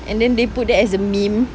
and then they put there as a meme